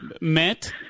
Matt